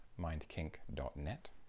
mindkink.net